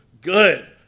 good